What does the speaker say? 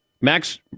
Max